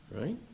Right